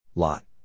Lot